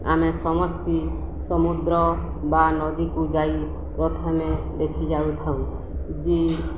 ଆମେ ସମସ୍ତେ ସମୁଦ୍ର ବା ନଦୀକୁ ଯାଇ ପ୍ରଥମେ ଦେଖି ଯାଉଥାଉ ଯେ